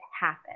happen